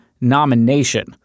nomination